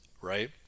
right